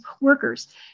workers